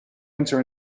enter